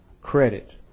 Credit